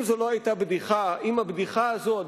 אם הבדיחה הזאת,